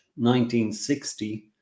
1960